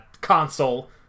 console